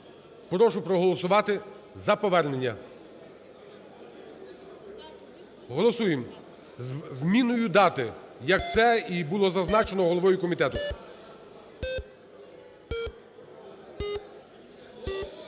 прошу проголосувати за повернення. Голосуємо. Зі зміною дати, як це і було зазначено головою комітету.